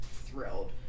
thrilled